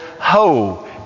Ho